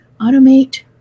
automate